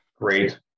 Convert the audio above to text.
Great